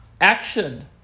action